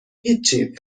هیچی